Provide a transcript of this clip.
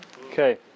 Okay